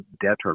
debtor